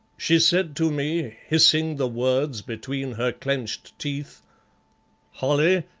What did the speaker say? she said to, me hissing the words between her clenched teeth holly,